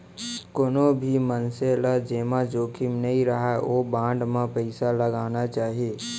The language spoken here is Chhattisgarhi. कोनो भी मनसे ल जेमा जोखिम नइ रहय ओइ बांड म पइसा लगाना चाही